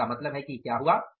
तो इसका मतलब है कि क्या होगा